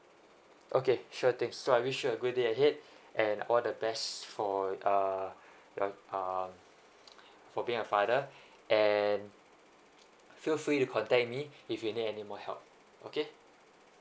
okay sure thanks so I wish you a good day ahead and all the best for uh uh for being a father and feel free to contact me if you need anymore help okay